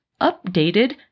updated